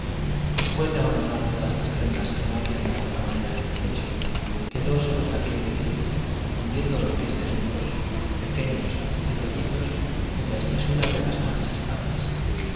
después de abandonar todas las prendas que no habían de acompañarla en el lecho quedó sobre la piel de tigre hundiendo los pies desnudos pequeños y rollizos en la espesura de las manchas pardas